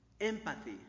Empathy